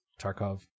Tarkov